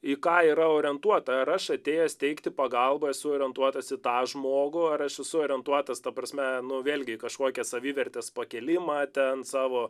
į ką yra orientuota ar aš atėjęs teikti pagalbą esu orientuotas į tą žmogų ar aš esu orientuotas ta prasme nu vėl gi į kažkokią savivertės pakėlimą ten savo